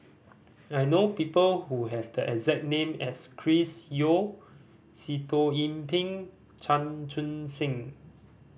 I know people who have the exact name as Chris Yeo Sitoh Yih Pin Chan Chun Sing